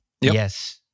yes